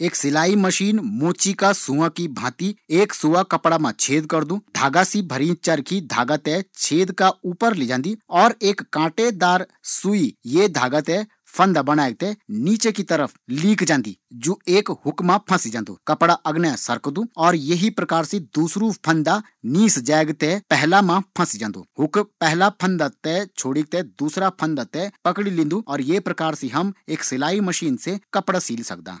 एक सिलाई मशीन मोची का सुवा की तरह ही काम करदी एक सुवा कपड़ा मा छेद करदु धागा सी भरी चरखी सुवा का धागा ते फंदा बनाई क पकड़दि और यु क्रम अगने बढ़दू ये प्रकार सी कपड़ा पर सिलाई होंदी